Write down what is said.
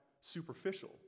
superficial